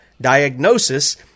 diagnosis